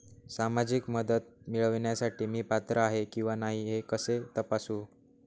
सामाजिक मदत मिळविण्यासाठी मी पात्र आहे किंवा नाही हे कसे तपासू?